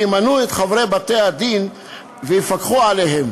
ימנו את חברי בתי-הדין ויפקחו עליהם.